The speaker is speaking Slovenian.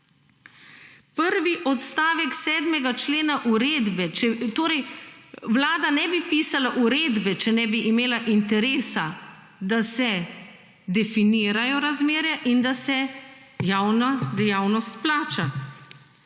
Prvi odstavek 7. člena uredbe, torej, vlada ne bi pisala uredbe, če ne bi imela interesa, da se definirajo razmere in da se javna dejavnost plača.